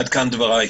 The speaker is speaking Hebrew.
עד כאן דבריי.